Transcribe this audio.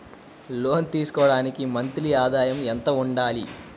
లోను తీసుకోవడానికి మంత్లీ ఆదాయము ఎంత ఉండాలి?